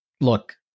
Look